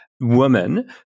woman